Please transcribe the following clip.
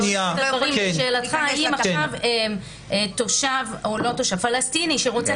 לשאלתך האם עכשיו תושב או פלסטיני שרוצה